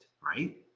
right